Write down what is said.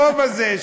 החוב הזה,